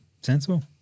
sensible